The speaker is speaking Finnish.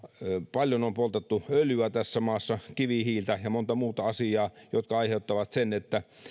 paljon on tässä maassa poltettu öljyä kivihiiltä ja monta muuta asiaa jotka ovat aiheuttaneet sen että